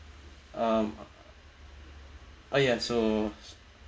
uh uh ya so